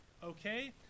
okay